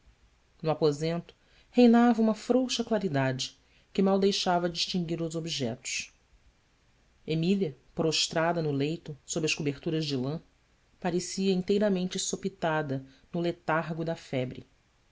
no aposento reinava uma frouxa claridade que mal deixava distinguir os objetos emília prostrada no leito sob as coberturas de lã parecia inteiramente sopitada no letargo da febre